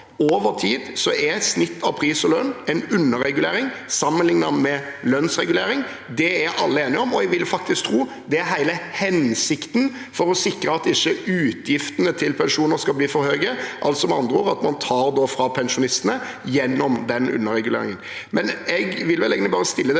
Over tid er snitt av pris og lønn en underregulering sammenlignet med lønnsregulering. Det er alle enige om, og jeg ville faktisk tro at det er hele hensikten, for å sikre at utgiftene til pensjoner ikke skal bli for høye, altså med andre ord at man tar fra pensjonistene gjennom den underreguleringen. Men jeg vil vel egentlig bare stille det